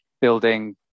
building